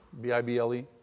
B-I-B-L-E